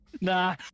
nah